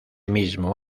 mismo